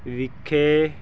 ਵਿਖੇ